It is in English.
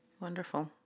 Wonderful